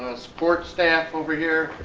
support staff over here.